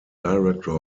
director